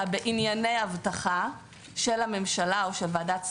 בענייני אבטחה של הממשלה או של ועדת שרים,